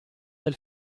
del